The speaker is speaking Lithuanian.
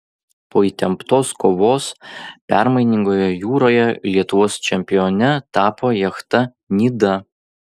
po įtemptos kovos permainingoje jūroje lietuvos čempione tapo jachta nida